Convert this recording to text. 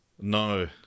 No